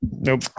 nope